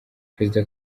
perezida